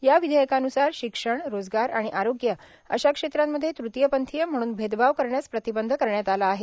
या विधेयकानुसार शिक्षण रोजगार आरोग्य अशा क्षेत्रांमध्ये तृतीयपंथीय म्हणून भेदभाव करण्यास प्रतिबंध करण्यात आला आहे